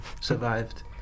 survived